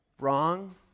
Wrong